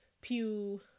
pew